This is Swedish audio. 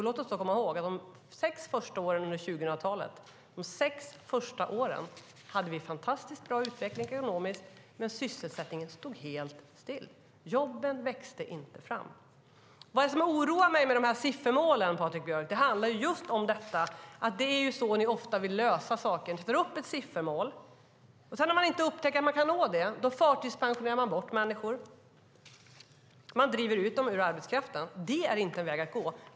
Låt oss då komma ihåg att under de sex första åren under 2000-talet hade vi fantastiskt bra utveckling ekonomiskt, men sysselsättningen stod helt still. Jobben växte inte fram. Vad som oroar mig med siffermålen, Patrik Björck, är att det är så ni ofta vill lösa saker. Ni sätter upp ett siffermål. När man sedan upptäcker att man inte kan nå det förtidspensionerar man bort människor och driver ut dem ur arbetskraften. Det är inte en väg att gå.